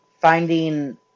finding